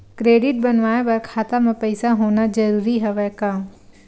Credit बनवाय बर खाता म पईसा होना जरूरी हवय का?